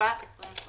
התשפ"א 2021